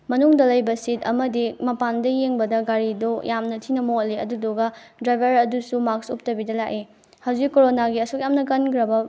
ꯃꯅꯨꯡꯗ ꯂꯩꯕ ꯁꯤꯠ ꯑꯃꯗꯤ ꯃꯄꯥꯟꯗ ꯌꯦꯡꯕꯗ ꯒꯥꯔꯤꯗꯨ ꯌꯥꯝꯅ ꯊꯤꯅ ꯃꯣꯠꯂꯤ ꯑꯗꯨꯗꯨꯒ ꯗ꯭ꯔꯥꯏꯚꯔ ꯑꯗꯨꯁꯨ ꯃꯥꯛꯁ ꯎꯞꯇꯕꯤꯗ ꯂꯥꯛꯏ ꯍꯧꯖꯤꯛ ꯀꯣꯔꯣꯅꯥꯒꯤ ꯑꯁꯨꯛ ꯌꯥꯝꯅ ꯀꯟꯈ꯭ꯔꯕ